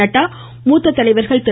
நட்டா மூத்த தலைவர்கள் திரு